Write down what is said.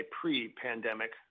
pre-pandemic